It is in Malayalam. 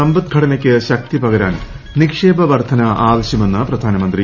സമ്പദ്ഘടനയ്ക്ക് ശക്തി പകരാൻ നിക്ഷേപ വർദ്ധന അവശ്യമെന്ന് പ്രധാനമന്ത്രി